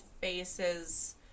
faces